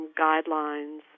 guidelines